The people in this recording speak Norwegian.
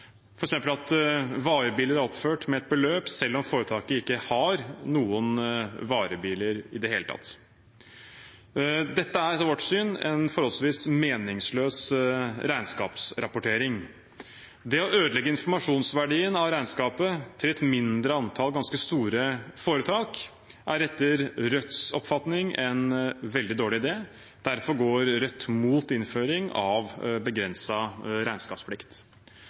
varebiler være oppført med et beløp selv om foretaket ikke har noen varebiler i det hele tatt. Dette er etter vårt syn en forholdsvis meningsløs regnskapsrapportering. Det å ødelegge informasjonsverdien av regnskapet til et mindre antall ganske store foretak er etter Rødts oppfatning en veldig dårlig idé. Derfor går Rødt imot innføring av begrenset regnskapsplikt.